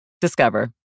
Discover